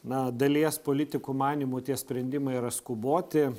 na dalies politikų manymu tie sprendimai yra skuboti